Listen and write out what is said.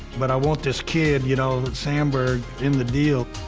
but i want this kid, you know, sandberg, in the deal.